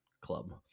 club